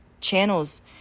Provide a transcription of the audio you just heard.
channels